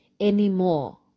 anymore